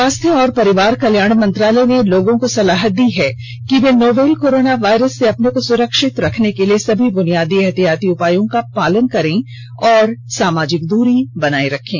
स्वास्थ्य और परिवार कल्याण मंत्रालय ने लोगों को सलाह दी है कि वे नोवल कोरोना वायरस से अपने को सुरक्षित रखने के लिए सभी बुनियादी एहतियाती उपायों का पालन करें और सामाजिक दूरी बनाए रखें